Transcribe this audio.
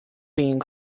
being